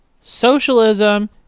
Socialism